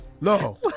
No